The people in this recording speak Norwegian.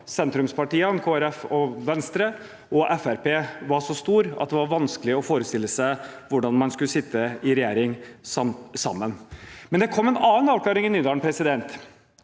Venstre, og Fremskrittspartiet var så stor at det var vanskelig å forestille seg hvordan man skulle sitte i regjering sammen. Men det kom en annen avklaring i Nydalen, og det